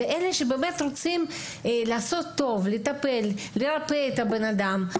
זה אלה שרוצים לעשות טוב, לטפל, לרפא את האדם.